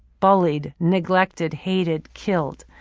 bullied, neglected, hated, killed.